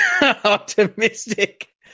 optimistic